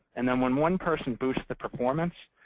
and then when one person boosts the performance,